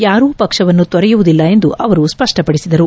ಯಾರೂ ಪಕ್ವವನ್ನು ತೊರೆಯುವುದಿಲ್ಲ ಎಂದು ಅವರು ಸ್ಪಷ್ನಪಡಿಸಿದರು